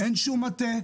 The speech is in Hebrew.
אין שום מטה,